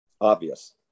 obvious